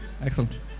Excellent